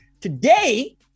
Today